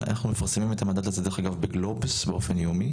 אנחנו מפרסמים את המדד הזה דרך אגב בגלובס באופן יומי,